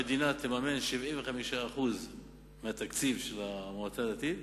המדינה תממן 75% מהתקציב של המועצה הדתית,